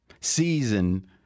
season